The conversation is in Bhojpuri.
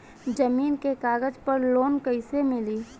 जमीन के कागज पर लोन कइसे मिली?